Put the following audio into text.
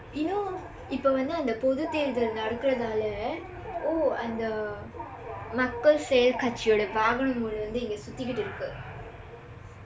you know இப்ப வந்து அந்த பொது தேர்தல் நடக்குறதால்ல:ippa vandthu andtha pothu theerthal nadakkurathaalla oh அந்த மக்கள் செயல் கட்சியோட வாகனங்கள் இங்க சுத்திக்கிட்டு இருக்கு:andtha makkal seyal katsiyooda vaakanangkal ingka suththikkitdu irukku